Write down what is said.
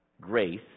grace